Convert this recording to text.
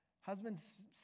Husbands